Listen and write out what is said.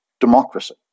democracy